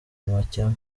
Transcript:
amakemwa